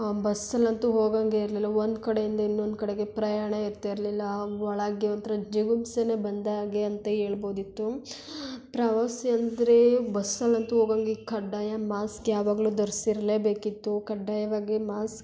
ಬಸ್ಸಲ್ಲಿ ಅಂತೂ ಹೋಗೋಂಗೆ ಇರಲಿಲ್ಲ ಒಂದು ಕಡೆಯಿಂದ ಇನ್ನೊಂದು ಕಡೆಗೆ ಪ್ರಯಾಣ ಇರ್ತಿರಲಿಲ್ಲ ಒಳಗೆ ಒಂಥರ ಜಿಗುಪ್ಸೆಯೇ ಬಂದಾಗೆ ಅಂತ ಹೇಳ್ಬೋದಿತ್ತು ಪ್ರವಾಸಿ ಅಂದರೆ ಬಸ್ಸಲ್ಲಿ ಅಂತೂ ಹೋಗಂಗೆ ಕಡ್ಡಾಯ ಮಾಸ್ಕ್ ಯಾವಾಗಲೂ ಧರಿಸಿರ್ರ್ಲೇ ಬೇಕಿತ್ತು ಕಡ್ಡಾಯವಾಗಿ ಮಾಸ್ಕ್